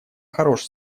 хорош